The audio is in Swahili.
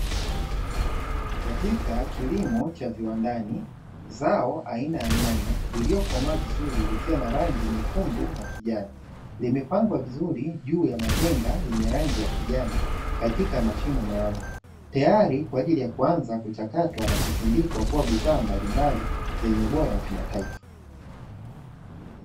Katika kilimo cha viwandani zao aina ya nyanya lililokomaa vizuri likiwa na rangi nyekundu na kijani. Limepangwa vizuri juu ya matenga yenye rangi ya kijani katika mashine maalumu, tayari kwa ajili ya kuchakatwa na kusindikwa kuwa bidhaa mbalimbali zenye ubora wa kimataifa.